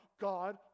God